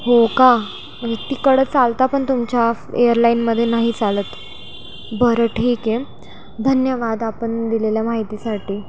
हो का तिकडं चालतं पण तुमच्या एअरलाईनमध्ये नाही चालत बरं ठीक आहे धन्यवाद आपण दिलेल्या माहितीसाठी